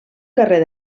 carrer